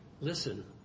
Listen